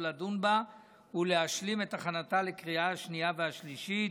לדון בה ולהשלים את הכנתה לקריאה השנייה והשלישית.